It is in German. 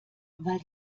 weil